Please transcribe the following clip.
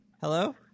Hello